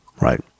right